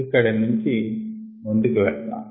ఇక్కడి నుంచి ముందుకు వెళదాం